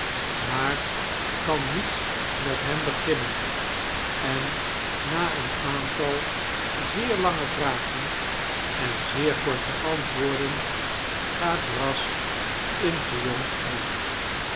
maar kan niets met hem beginnen en na een aantal zeer lange vragen en zeer korte antwoorden gaat brass in triomf heen